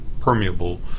permeable